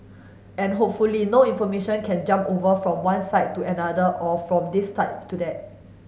and hopefully no information can jump over from one side to another or from this side to that